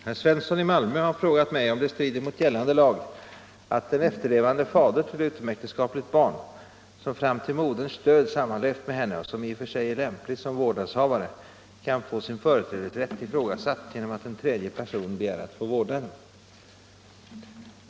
Herr talman! Herr Svensson i Malmö har frågat mig om det strider mot gällande lag att en efterlevande fader till utomäktenskapligt barn, som fram till moderns död sammanlevt med henne och som i och för sig är lämplig som vårdnadshavare, kan få sin företrädesrätt ifrågasatt genom att en tredje person begär att få vårdnaden.